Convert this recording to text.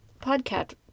podcast